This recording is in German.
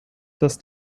dass